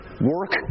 work